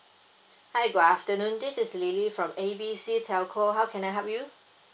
hi good afternoon this is lily from A B C telco how can I help you